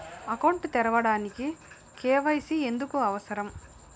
Account తెరవడానికి, KYC ఎందుకు అవసరం?